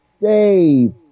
save